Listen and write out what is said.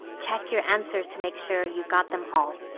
check your answers to make sure you've got them all.